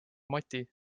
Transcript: mati